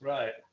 Right